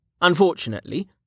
Unfortunately